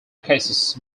cases